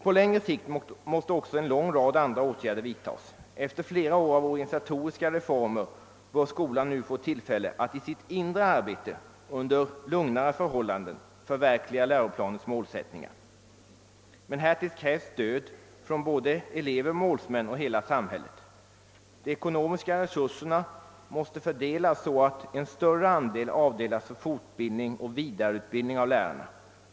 På längre sikt måste också en lång rad andra åtgärder vidtas. Efter flera år av organisatoriska reformer bör skolan nu få tillfälle att i sitt inre arbete under lugnare förhållanden förverkliga läroplanens målsättning, men härvidlag krävs stöd från såväl elever och målsmän som samhället i övrigt. De ekonomiska resurserna måste fördelas så, att en större andel avdelas för fortbildning och vidareutbildning av lärarna.